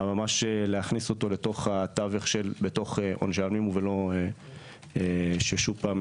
ממש להכניס אותו לתוך עונשי המינימום ולא ששוב פעם